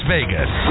Vegas